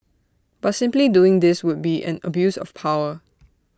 but simply doing this would be an abuse of power